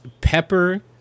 pepper